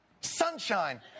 Sunshine